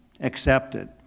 accepted